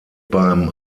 beim